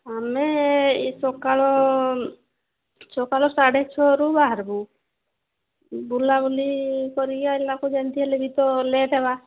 ଆମେ ଏହି ସକାଳ ସକାଳ ସାଢ଼େ ଛଅରୁ ବାହାରବୁ ବୁଲାବୁଲି କରିକି ଆସିଲାକୁ ଯେମିତି ହେଲେ ବି ତ ଲେଟ୍ ହେବା